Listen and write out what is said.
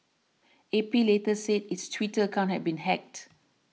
A P later said its Twitter account had been hacked